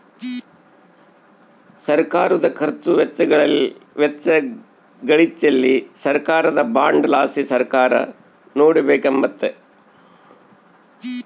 ಸರ್ಕಾರುದ ಖರ್ಚು ವೆಚ್ಚಗಳಿಚ್ಚೆಲಿ ಸರ್ಕಾರದ ಬಾಂಡ್ ಲಾಸಿ ಸರ್ಕಾರ ನೋಡಿಕೆಂಬಕತ್ತತೆ